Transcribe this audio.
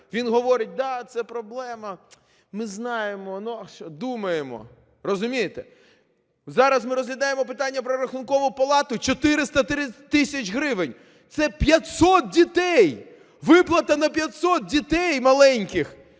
він говорить, да, це проблема, ми знаємо, думаємо. Розумієте? Зараз ми розглядаємо питання про Рахункову палату. 430 тисяч гривень. Це 500 дітей, виплата на 500 дітей маленьких